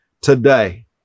today